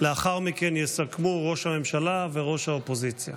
לאחר מכן יסכמו ראש הממשלה וראש האופוזיציה.